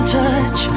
touch